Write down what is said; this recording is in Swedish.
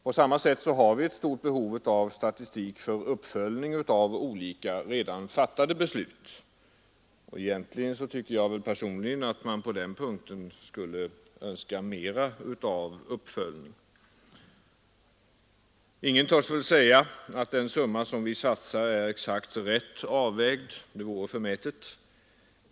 På samma sätt har vi ett stort behov av statistik för uppföljning av olika redan fattade beslut. Personligen tycker jag att man skulle önska mer av uppföljning. Ingen törs väl säga att den summa vi satsar på statistik är rätt avvägd, det vore förmätet.